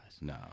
No